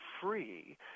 free